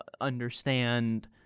understand